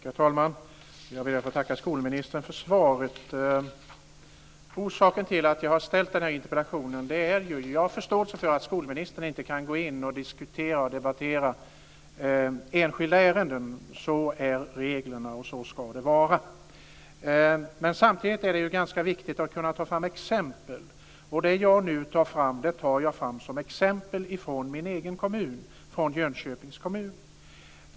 Herr talman! Jag ber att få tacka skolministern för svaret. Jag har förståelse för att skolministern inte kan gå in och debattera enskilda ärenden; så är reglerna, och så ska det vara. Men samtidigt är det ganska viktigt att kunna ta fram exempel, och det jag nu tar fram är exempel från min egen kommun, från Jönköpings kommun.